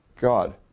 God